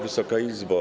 Wysoka Izbo!